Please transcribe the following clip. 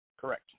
Correct